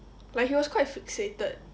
like he was quite fixated